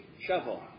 shovel